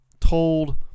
Told